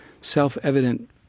self-evident